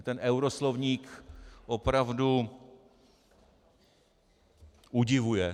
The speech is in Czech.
Ten euroslovník opravdu udivuje.